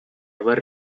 ever